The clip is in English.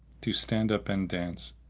to stand up and dance,